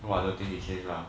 well I don't think he can lah